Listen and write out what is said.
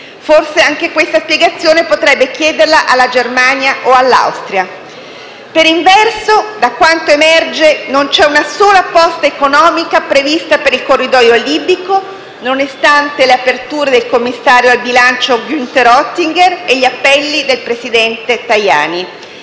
Forse anche questa spiegazione potrebbe chiedere alla Germania o all'Austria. Per inverso, da quanto emerge non c'è una sola posta economica prevista per il corridoio libico, nonostante le aperture del commissario al Bilancio Günther Oettinger e gli appelli del presidente Tajani.